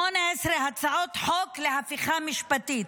18 הצעות חוק להפיכה משפטית,